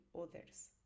others